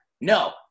No